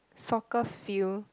soccer field